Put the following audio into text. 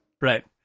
Right